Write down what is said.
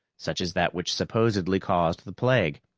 such as that which supposedly caused the plague.